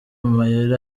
mayeri